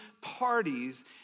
parties